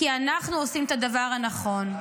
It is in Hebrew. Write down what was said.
כי אנחנו עושים את הדבר הנכון.